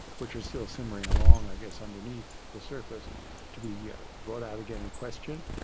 which were still simmering along i guess underneath the surface to be yeah brought out again in question.